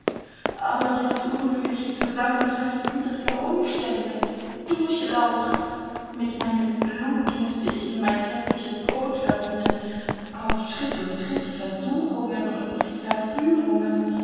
aber dieses unglückliche zusammentreffen widriger umstände durchlaucht mit meinem blut mußte ich mir mein tägliches brot verdienen auf schritt und tritt versuchungen und verführungen